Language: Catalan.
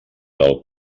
del